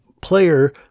player